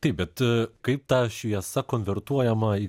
taip bet kaip ta šviesa konvertuojama į